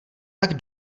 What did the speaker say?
tak